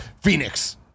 Phoenix